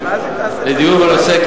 לדיון בנושא,